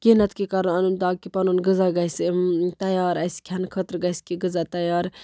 کیٚنٛہہ نَتہٕ کیٚنٛہہ کَرُن اَنُن تاکہِ پَنُن غذا گژھِ تیار اَسہِ کھٮ۪نہٕ خٲطرٕ گژھِ کیٚنٛہہ غذا تیار